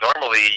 normally